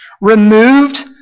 Removed